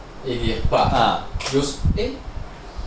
有 s~ eh